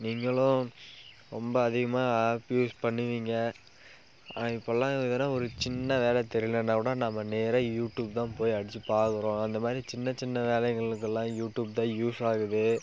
நீங்களும் ரொம்ப அதிகமாக ஆப் யூஸ் பண்ணுவீங்க ஆனால் இப்போலாம் இது ஒரு சின்ன வேலை தெரியலன்னா கூட நம்ம நேராக யூடியூப் தான் போய் அடித்து பார்க்குறோம் அந்தமாதிரி சின்னச் சின்ன வேலைகளுக்கெல்லாம் யூடியூப் தான் யூஸ் ஆகுது